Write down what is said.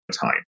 time